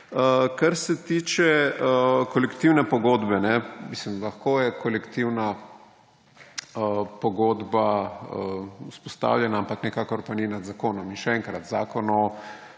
Kar se tiče kolektivne pogodbe. Mislim, lahko je kolektivna pogodba vzpostavljena, ampak nikakor pa ni nad zakonom. In še enkrat, Zakon